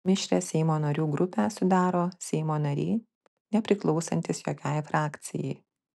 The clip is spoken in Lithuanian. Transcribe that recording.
mišrią seimo narių grupę sudaro seimo nariai nepriklausantys jokiai frakcijai